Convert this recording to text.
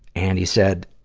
and he said,